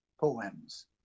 poems